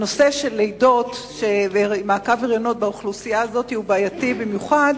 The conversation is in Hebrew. הנושא של לידות ומעקב הריונות באוכלוסייה הזאת הוא בעייתי במיוחד,